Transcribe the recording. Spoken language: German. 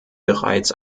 bereits